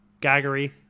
gaggery